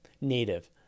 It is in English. native